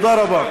תודה רבה.